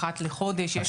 אחת לחודש יש פגישות.